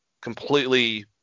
completely